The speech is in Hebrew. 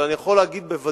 אבל אני יכול להגיד בוודאות: